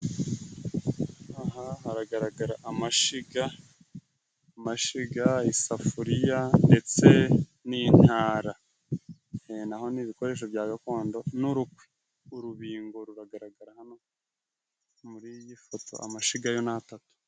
Aha haragaragara amashiga, amashiga, isafuriya ndetse n'intara. Ni ibikoresho bya gakondo n'urukwi, urubingo ruragaragara hano muri iyi foto, amashigayo ni atatu.